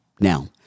Now